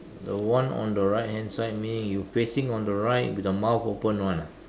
the one on the right hand side meaning you facing on the right with the mouth open [one] ah